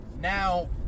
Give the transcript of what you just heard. now